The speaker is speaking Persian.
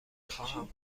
خواهم